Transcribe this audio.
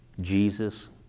Jesus